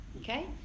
okay